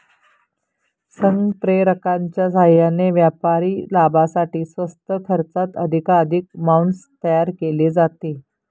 संप्रेरकांच्या साहाय्याने व्यापारी लाभासाठी स्वस्त खर्चात अधिकाधिक मांस तयार केले जाते